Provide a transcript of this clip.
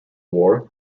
war